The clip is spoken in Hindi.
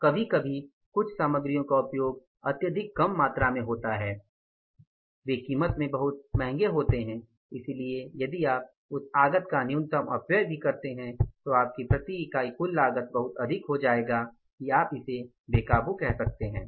और कभी कभी कुछ सामग्रियों का उपयोग अत्यधिक कम मात्रा में होता है वे कीमत में बहुत महंगे होते हैं इसलिए यदि आप उस आगत का न्यूनतम अपव्यय भी करते हैं तो आपकी प्रति इकाई कुल लागत बहुत अधिक हो जाएगा कि आप इसे बेकाबू कह सकते हैं